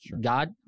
God